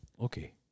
Okay